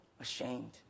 ashamed